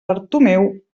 bartomeu